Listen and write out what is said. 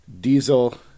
Diesel